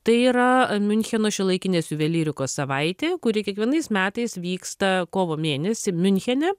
tai yra miuncheno šiuolaikinės juvelyrikos savaitė kuri kiekvienais metais vyksta kovo mėnesį miunchene